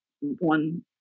one